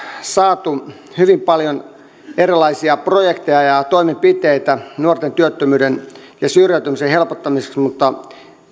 saaneet hyvin paljon erilaisia projekteja ja toimenpiteitä nuorten työttömyyden ja syrjäytymisen helpottamiseksi mutta